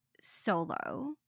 solo